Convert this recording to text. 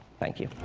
thank you.